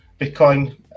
bitcoin